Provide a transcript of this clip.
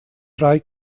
drei